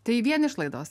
tai vien išlaidos